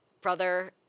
brother